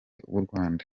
rda